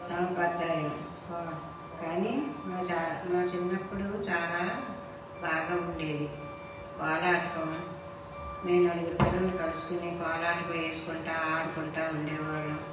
సాప్రదాయం కొ కానీ మా చా మా చిన్నప్పుడు చాలా బాగా ఉండేది కోలాటం మేము నాలుగురు పిల్లలని కలుసుకొని కోలాటం వేసుకుంటూ ఆడుకుంటూ ఉండేవాళ్ళము